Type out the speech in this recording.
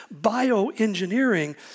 bioengineering